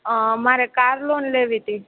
મારે car loan લેવી હતી